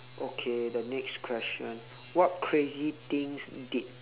okay the next question what crazy things did